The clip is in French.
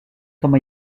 comme